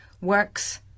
works